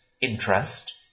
interest